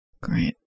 Great